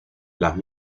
las